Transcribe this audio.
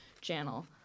channel